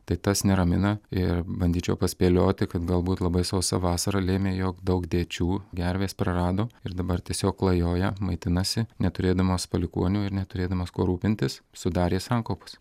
tai tas neramina ir bandyčiau paspėlioti kad galbūt labai sausa vasara lėmė jog daug dėčių gervės prarado ir dabar tiesiog klajoja maitinasi neturėdamos palikuonių ir neturėdamos kuo rūpintis sudarė sankaupas